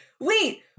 wait